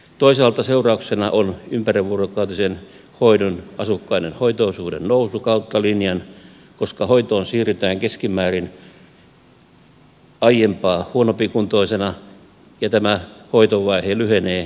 toisaalta seurauksena on ympärivuorokautisen hoidon asukkaiden hoitoisuuden nousu kautta linjan koska hoitoon siirrytään keskimäärin aiempaa huonompikuntoisena ja tämä hoitovaihe lyhenee entisestään